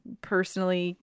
personally